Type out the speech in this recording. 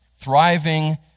Thriving